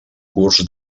curs